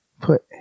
put